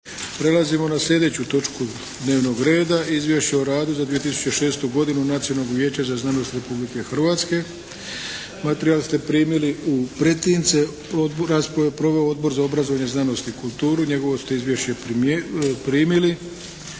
Prelazimo na sljedeću točku dnevnog reda –- Izvješće o radu za 2006. godinu Nacionalnog vijeća za znanost Republike Hrvatske Materijal ste primili u pretince. Raspravu je proveo Odbor za obrazovne znanosti i kulturu. Njegovo ste izvješće primili